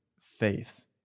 faith